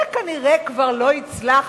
זה כנראה כבר לא יצלח,